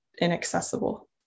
inaccessible